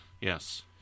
Yes